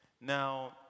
Now